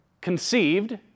conceived